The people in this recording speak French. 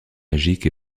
magique